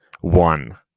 one